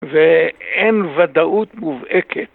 ואין ודאות מובהקת.